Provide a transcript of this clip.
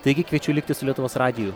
taigi kviečiu likti su lietuvos radiju